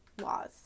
laws